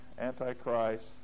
Antichrist